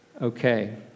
Okay